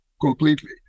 completely